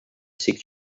six